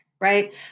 right